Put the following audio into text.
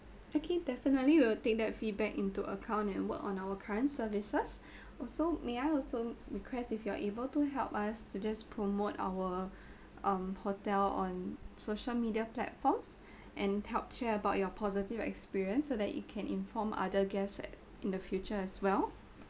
okay definitely we will take that feedback into account and work on our current services also may I also request if you are able to help us to just promote our um hotel on social media platforms and help share about your positive experience so that it can inform other guests that in the future as well